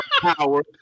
power